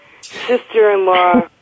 sister-in-law